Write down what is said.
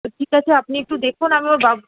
তো ঠিক আছে আপনি একটু দেখুন আমি ওর বাবা